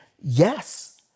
yes